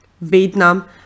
Vietnam